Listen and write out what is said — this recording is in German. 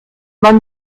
man